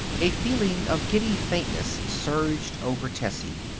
a feeling of giddy faintness surged over tessie.